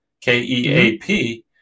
K-E-A-P